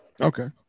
Okay